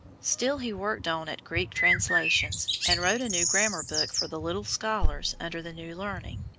still he worked on at greek translations, and wrote a new grammar-book for the little scholars under the new learning.